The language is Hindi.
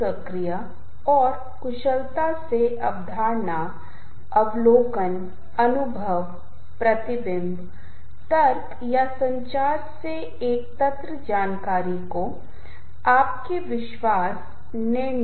यदि आप कुछ ब्रांडों में जाते हैं तो यह एक बहुत ही सामान्य अनुभव है जैसे की पिज़्ज़ा हट डोमोस या सबवे जैसे कुछ जहां कई बार आपको संगीत बजता मिलेगा